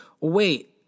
Wait